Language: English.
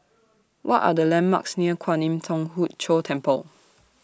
What Are The landmarks near Kwan Im Thong Hood Cho Temple